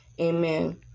amen